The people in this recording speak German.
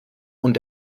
und